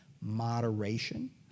moderation